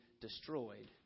destroyed